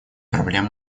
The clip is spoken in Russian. проблем